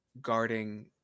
guarding